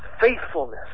faithfulness